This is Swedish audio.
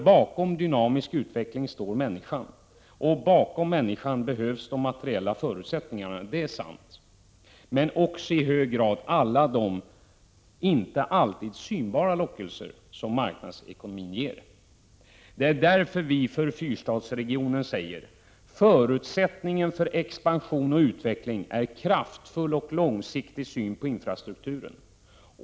Bakom en dynamisk utveckling står människan och bakom människan behövs de materiella förutsättningarna — detta är sant — men också i hög grad alla de inte alltid synbara lockelser som marknadsekonomin ger. Därför säger vi från Fyrstadsregionen följande: Förutsättningen för expansion och utveckling är en kraftfull och långsiktig syn på infrastrukturen.